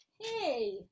hey